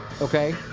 Okay